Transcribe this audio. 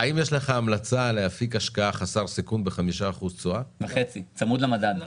לאפיק השקעה חסר סיכון ב-5.5% תשואה צמוד למדד?